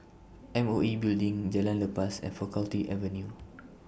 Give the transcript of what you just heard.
M O E Building Jalan Lepas and Faculty Avenue